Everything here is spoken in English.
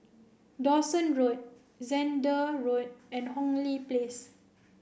Dawson Road Zehnder Road and Hong Lee Place